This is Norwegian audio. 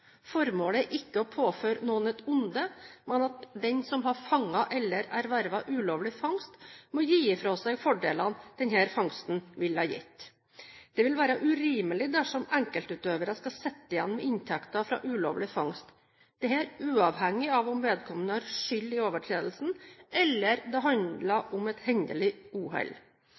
Formålet er ikke å påføre noen et onde, men at den som har tatt eller ervervet ulovlig fangst, må gi fra seg fordelene denne fangsten ville gitt. Det ville være urimelig dersom enkeltutøvere skal sitte igjen med inntekten fra ulovlig fangst – dette uavhengig av om vedkommende har skyld i overtredelsen eller det handler om et hendelig uhell.